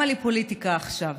למה לי פוליטיקה עכשיו?